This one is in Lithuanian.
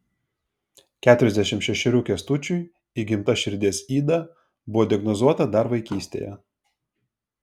keturiasdešimt šešerių kęstučiui įgimta širdies yda buvo diagnozuota dar vaikystėje